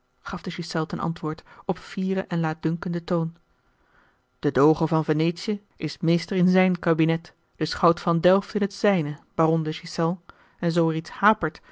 gaf de ghiselles ten antwoord op fieren en laatdunkenden toon de doge van venetië is meester in zijn kabinet de schout van delft in het zijne baron de ghiselles en zoo er iets hapert